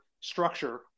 structure